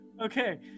Okay